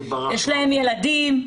יש להם ילדים,